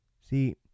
See